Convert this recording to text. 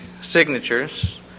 signatures